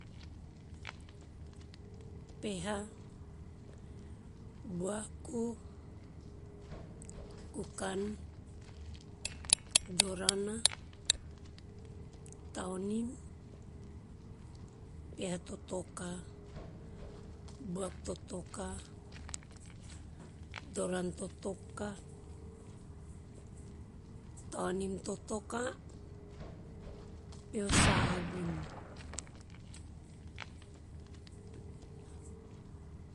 Peha, buaku, kukan, dorana, taonim, peha totoka, buak totoka, doran totoka, tonim totoka, peha savun.